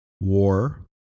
war